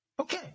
Okay